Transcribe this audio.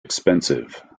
expensive